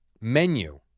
menu